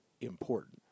important